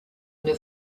une